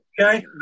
Okay